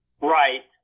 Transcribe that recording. Right